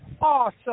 awesome